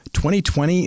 2020